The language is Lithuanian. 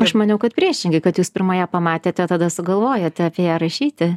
aš maniau kad priešingai kad jūs pirma ją pamatėte tada sugalvojote apie ją rašyti